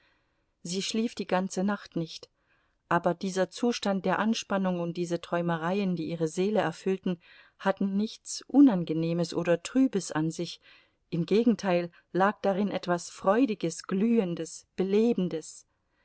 sie schlief die ganze nacht nicht aber dieser zustand der anspannung und diese träumereien die ihre seele erfüllten hatten nichts unangenehmes oder trübes an sich im gegenteil lag darin etwas freudiges glühendes belebendes